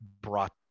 brought